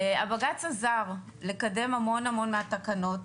הבג"ץ עזר לקדם המון מהתקנות,